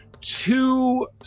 two